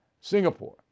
Singapore